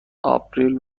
آپریل